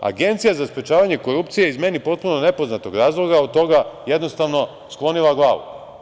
Agencija za sprečavanje korupcije je, iz meni potpuno nepoznatog razloga, od toga jednostavno sklonila glavu.